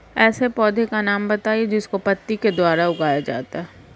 ऐसे पौधे का नाम बताइए जिसको पत्ती के द्वारा उगाया जाता है